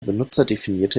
benutzerdefinierte